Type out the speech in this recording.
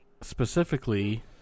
specifically